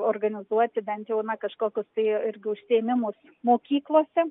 organizuoti bent jau na kažkokius tai irgi užsiėmimus mokyklose